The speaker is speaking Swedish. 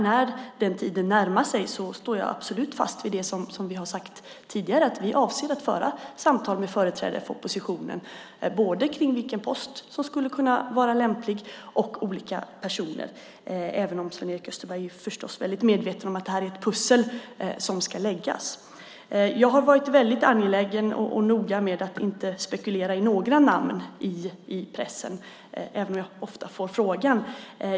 När den tiden närmar sig står jag absolut fast vid det som vi har sagt tidigare, nämligen att vi avser att föra samtal med företrädare för oppositionen om både vilken post som skulle kunna vara lämplig och olika personer - även om Sven-Erik Österberg förstås är medveten om att det här är ett pussel som ska läggas. Jag har varit angelägen om och noga med att inte spekulera i några namn i pressen, även om jag ofta får frågan.